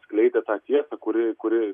skleidė tą tiesą kuri kuri